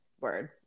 Word